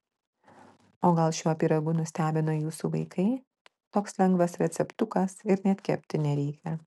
o gal šiuo pyragu nustebino jūsų vaikai toks lengvas receptukas ir net kepti nereikia